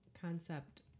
concept